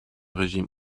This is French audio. régime